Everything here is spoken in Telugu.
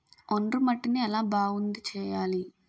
ఒండ్రు మట్టిని ఎలా బాగుంది చేయాలి?